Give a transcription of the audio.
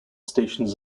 stations